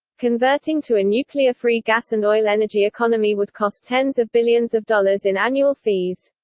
converting to a nuclear-free gas and oil energy economy would cost tens of billions of dollars in annual fees.